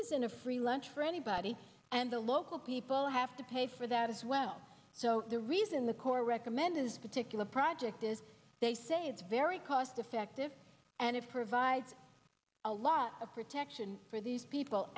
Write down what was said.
isn't a free lunch for anybody and the local people have to pay for that as well so the reason the core recommend is particular project is they say it's very cost effective and it provides a lot of protection for these people